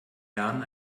jahren